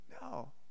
No